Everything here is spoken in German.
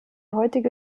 heutige